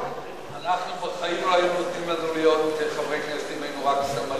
אנחנו בחיים לא היו נותנים לנו להיות חברי כנסת אם היינו רק סמלים.